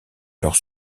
leur